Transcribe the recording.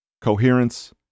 Coherence